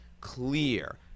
clear